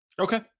Okay